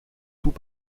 tout